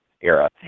era